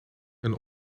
een